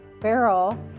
barrel